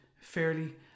fairly